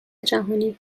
جهانی